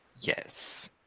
Yes